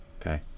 Okay